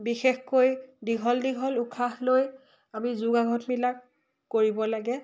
বিশেষকৈ দীঘল দীঘল উশাহ লৈ আমি যোগাসনবিলাক কৰিব লাগে